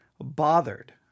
bothered